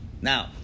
Now